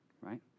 right